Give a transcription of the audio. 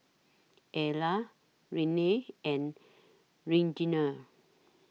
Ella Renae and Reginald